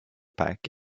pack